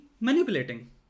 manipulating